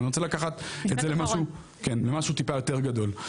אבל אני רוצה לקחת את זה למשהו כן למשהו טיפה יותר גדול,